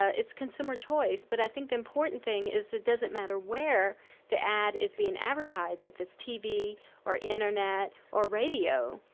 ah it's consumer choice, but i think the important thing is it doesn't matter where the ad is being advertised, if it's tv or internet or radio,